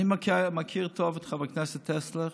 אני מכיר טוב את חבר הכנסת טסלר,